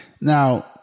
Now